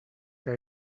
que